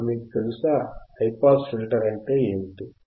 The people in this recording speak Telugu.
ఇప్పుడు మీకు తెలుసా హైపాస్ ఫిల్టర్ అంటే ఏమిటి